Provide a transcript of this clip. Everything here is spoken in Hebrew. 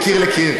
מקיר לקיר.